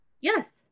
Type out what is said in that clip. Yes